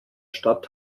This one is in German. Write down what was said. stadt